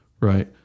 right